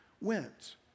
went